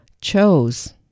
chose